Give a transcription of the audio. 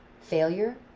failure